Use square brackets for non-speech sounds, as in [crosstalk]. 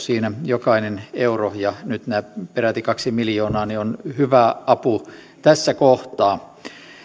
[unintelligible] siinä jokainen euro ja nyt nämä peräti kaksi miljoonaa on hyvä apu tässä kohtaa